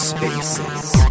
Spaces